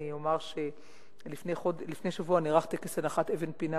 אומר שלפני שבוע נערך טקס הנחת אבן פינה